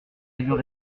avions